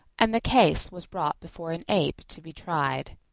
and the case was brought before an ape to be tried.